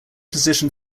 position